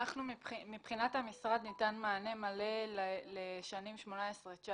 מבחינת המשרד ניתן מענה מלא לשנים 2018 2019